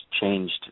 changed